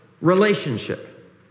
relationship